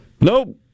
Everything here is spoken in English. Nope